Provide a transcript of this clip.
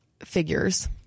figures